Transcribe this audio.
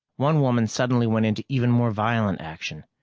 one woman suddenly went into even more violent action.